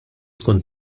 tkun